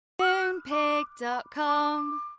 Moonpig.com